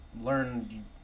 learn